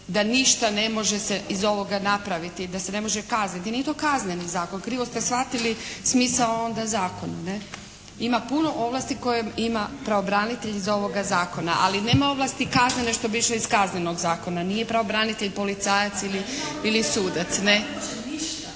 Da ništa ne može se iz ovoga napraviti. Da se ne može kazniti. Nije to kazneni zakon. Krivo ste shvatili smisao onda zakona, ne? Ima puno ovlasti koje ima pravobranitelj iz ovoga zakona. Ali nema ovlasti kaznene što bi išlo iz Kaznenog zakona. Nije pravobranitelj policajac ili sudac